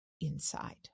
inside